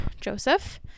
Joseph